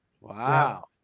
Wow